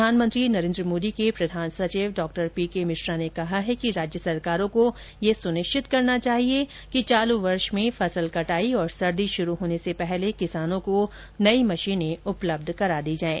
प्रधानमंत्री नरेन्द्र मोदी के प्रधान सचिव डॉक्टर पीके मिश्रा ने कहा है कि राज्य सरकारों को यह सुनिश्चित करना चाहिए कि चालू वर्ष में फसल कटाई और सर्दी शुरू होने से पहले किसानों को नई मशीनें उपलब्ध करा दी जायें